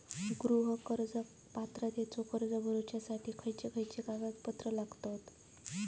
गृह कर्ज पात्रतेचो अर्ज भरुच्यासाठी खयचे खयचे कागदपत्र लागतत?